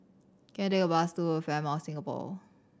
can I take a bus to Fairmont Singapore